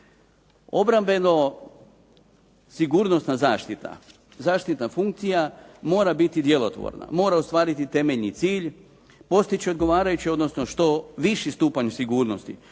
Obrambeno-sigurnosna zaštita, zaštitna funkcija mora biti djelotvorna. Mora ostvariti temeljni cilj, postići odgovarajući odnosno što viši stupanj sigurnosti.